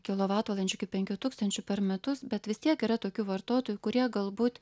kilovatvalandžių iki penkių tūkstančių per metus bet vis tiek yra tokių vartotojų kurie galbūt